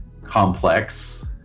complex